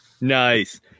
Nice